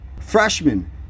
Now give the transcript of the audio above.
Freshman